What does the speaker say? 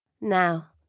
Now